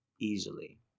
easily